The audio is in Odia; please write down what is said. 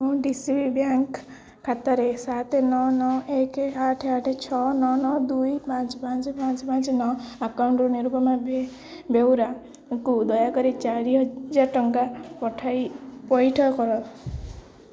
ମୋ ଡି ସି ବି ବ୍ୟାଙ୍କ୍ ଖାତାର ସାତ ନଅ ନଅ ଏକ ଆଠ ଆଠ ଛଅ ନଅ ନଅ ଦୁଇ ପାଞ୍ଚ ପାଞ୍ଚ ପାଞ୍ଚ ପାଞ୍ଚ ନଅ ଆକାଉଣ୍ଟରୁ ନିରୁପମା ବେ ବେଉରାକୁ ଦୟାକରି ଚାରିହଜାର ଟଙ୍କା ପଠାଇ ପଇଠ କର